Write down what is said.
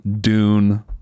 Dune